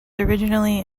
originally